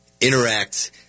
interact